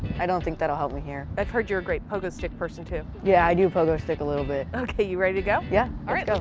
i don't think that'll help me here. i've heard you're a great pogo stick person, too. yeah, i do pogo stick a little bit. okay, you ready to go? yeah. let's